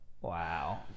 Wow